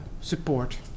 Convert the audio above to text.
support